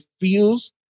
feels